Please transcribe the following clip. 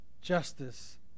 justice